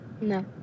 No